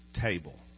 table